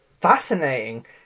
fascinating